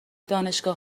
دانشگاه